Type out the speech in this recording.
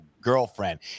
girlfriend